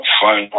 fun